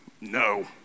no